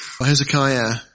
Hezekiah